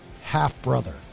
half-brother